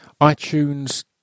iTunes